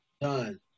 Done